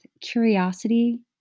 curiosity